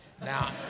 Now